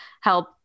help